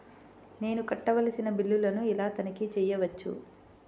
నేను కట్టవలసిన బిల్లులను ఎలా తనిఖీ చెయ్యవచ్చు?